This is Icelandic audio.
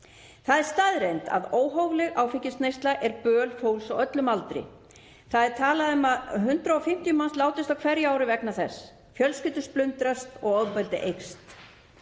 Það er staðreynd að óhófleg áfengisneysla er böl fólks á öllum aldri. Það er talað um að 150 manns látist á hverju ári vegna þess. Fjölskyldur splundrast og ofbeldi eykst.